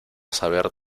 saber